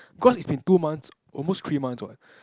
because it's been two months almost three months what